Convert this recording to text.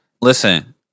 Listen